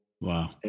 Wow